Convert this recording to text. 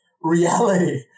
reality